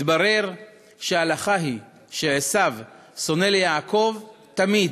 מתברר שהלכה היא שעשיו שונא ליעקב, תמיד.